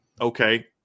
okay